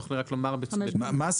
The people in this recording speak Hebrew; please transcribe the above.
מה אומר הסעיף?